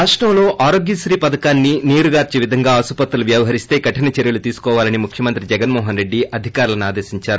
రాష్టంలో ఆరోగ్యక్రీ పథకాన్ని నీరుగార్చేలా ఆస్పత్రులు వ్యవహరిస్తే కఠిన చర్యలు తీసుకోవాలని ముఖ్యమంత్రి జగన్మోహన్ రెడ్డి అధికారులను ఆదేశిందారు